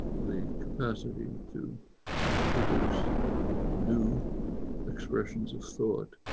the capacity to produce new expressions of thought,